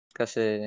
kasi